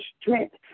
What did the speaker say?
strength